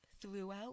throughout